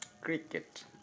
cricket